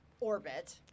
orbit